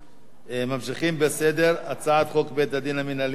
ממשיכים בסדר-היום: הצעת חוק בתי-דין מינהליים (תיקון מס'